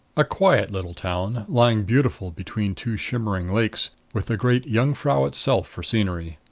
a quiet little town, lying beautiful between two shimmering lakes, with the great jungfrau itself for scenery.